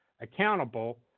accountable